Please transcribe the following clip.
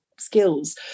skills